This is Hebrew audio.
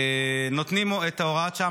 נותנים את הוראת השעה,